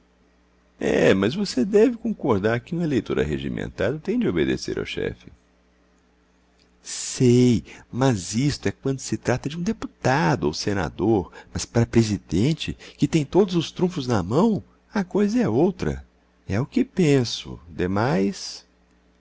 é mas você deve concordar que um eleitor arregimentado tem de obedecer ao chefe sei mas isto é quando se trata de um deputado ou senador mas para presidente que tem todos os trunfos na mão a coisa é outra é o que penso demais